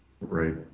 Right